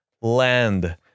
land